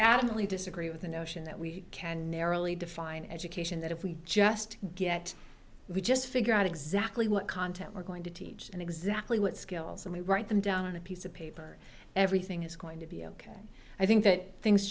adamantly disagree with the notion that we can narrowly define education that if we just get we just figure out exactly what content we're going to teach and exactly what skills and we write them down on a piece of paper everything is going to be ok i think that things